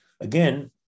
Again